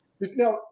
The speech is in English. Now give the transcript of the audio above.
Now